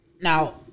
now